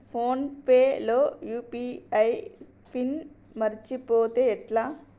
Phone pay లో UPI PIN మరచిపోతే ఎట్లా?